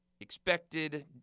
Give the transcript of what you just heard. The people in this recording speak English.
expected